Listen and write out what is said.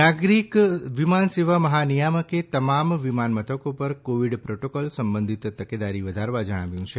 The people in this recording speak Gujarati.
ડીજીસીએ એરપોર્ટ નાગરિક વિમાનસેવા મહાનિયામકે તમામ વિમાન મથકો પર કોવીડ પ્રોટોકોલ સંબંધિત તકેદારી વધારવા જણાવ્યું છે